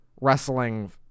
wrestling